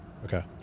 Okay